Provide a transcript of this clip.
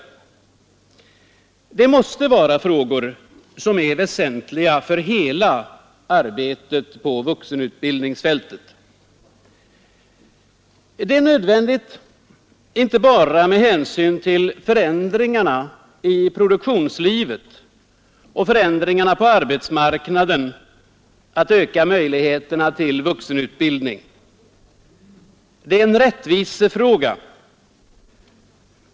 Detta måste vara frågor som är väsentliga för hela arbetet på vuxenutbildningsfältet. Det är nödvändigt inte bara med hänsyn till förändringarna i produktionslivet och på arbetsmarknaden att öka möjligheterna till vuxenutbildning. Det är en rättvisefråga.